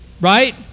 Right